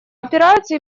опираются